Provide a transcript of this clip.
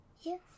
Yes